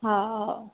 हा हा